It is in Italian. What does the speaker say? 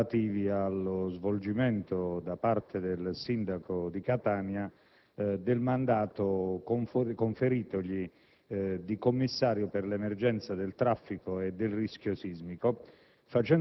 relativi allo svolgimento, da parte del sindaco di Catania, del mandato conferitogli di Commissario delegato per l'emergenza del traffico e del rischio sismico,